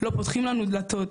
לא פותחים לנו דלתות,